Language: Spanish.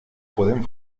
pueden